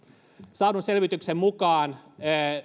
saadun selvityksen mukaan